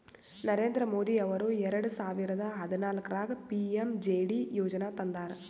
ನರೇಂದ್ರ ಮೋದಿ ಅವರು ಎರೆಡ ಸಾವಿರದ ಹದನಾಲ್ಕರಾಗ ಪಿ.ಎಮ್.ಜೆ.ಡಿ ಯೋಜನಾ ತಂದಾರ